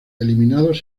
eliminados